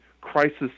crisis